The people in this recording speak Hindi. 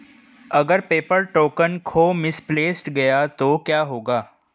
अगर पेपर टोकन खो मिसप्लेस्ड गया तो क्या होगा?